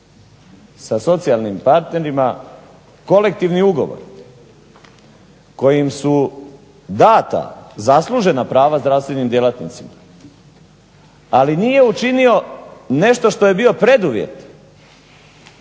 sa socijalnim partnerima kolektivni ugovor kojim su data zaslužena prava zdravstvenim djelatnicima, ali nije učinio nešto što je bio preduvjet